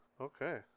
Okay